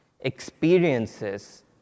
experiences